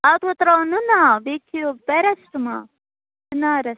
اَتھ گوٚو ترٛاوُن نونہٕ آب بیٚیہِ کھیِٚیو پیرَسٹمال